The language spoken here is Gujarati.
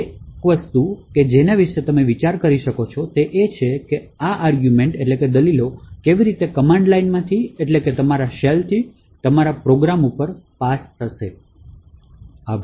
તેથી એક વસ્તુ કે જેના વિશે તમે વિચાર કરી શકો છો તે છે કે આ દલીલો કેવી રીતે કમાન્ડ લાઇન માંથી એટ્લે કે તમારા શેલથી તમારા પ્રોગ્રામ પર કઈ રીતે પાસ થાય છે